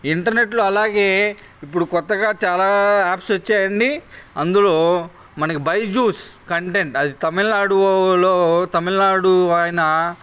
ఇంటర్నెట్లో అలాగే ఇప్పుడు కొత్తగా చాలా యాప్స్ వచ్చాయండి అందులో మనకు బైజూస్ కంటెంట్ అది తమిళనాడులో తమిళనాడు ఆయన